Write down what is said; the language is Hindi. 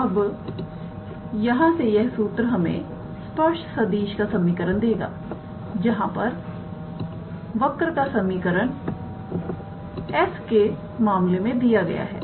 अब यहां से यह सूत्र हमें स्पर्श सदिश का समीकरण देगा जहां पर वक्र का समीकरण s के मामले में दिया गया है